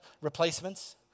replacements